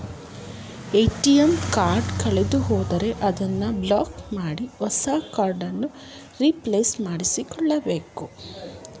ATM card ಕಳೆದುಹೋದರೆ ಅದನ್ನು block ಮಾಡಿ ಹೊಸ ಕಾರ್ಡ್ ಅನ್ನು ರಿಪ್ಲೇಸ್ ಮಾಡಿಸಿಕೊಳ್ಳಬೇಕು